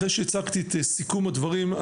אחרי שהצגתי את סיכום הדברים,